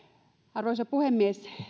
arvoisa puhemies